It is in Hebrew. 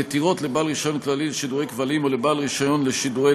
מתירות לבעל רישיון כללי לשידורי כבלים או לבעל רישיון לשידורי